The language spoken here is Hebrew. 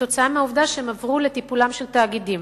כתוצאה מהעובדה שהם עברו לטיפולם של תאגידים.